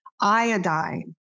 iodine